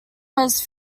was